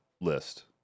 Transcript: list